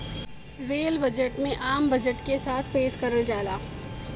rail budget में आम budget के साथ पेश करल जाला